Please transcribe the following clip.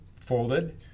folded